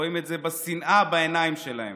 רואים את זה בשנאה בעיניים שלהם.